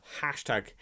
Hashtag